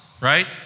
right